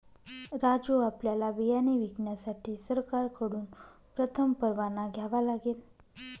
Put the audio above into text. राजू आपल्याला बियाणे विकण्यासाठी सरकारकडून प्रथम परवाना घ्यावा लागेल